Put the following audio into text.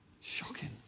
Shocking